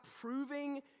proving